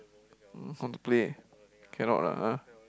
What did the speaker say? mm how to to play cannot lah ah